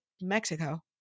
Mexico